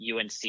UNC